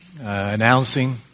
announcing